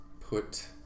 put